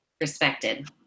Respected